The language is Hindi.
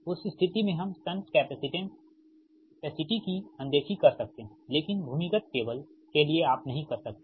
उस स्थिति में हम शंट कैपेसिटेंस कैपेसिटी की अनदेखी कर सकते हैं लेकिन भूमिगत केबल के लिए आप नहीं कर सकते है